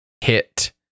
hit